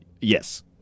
Yes